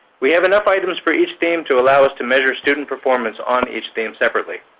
we have enough items for each theme to allow us to measure student performance on each theme separately.